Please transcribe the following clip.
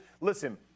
listen